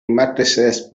matrices